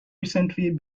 recently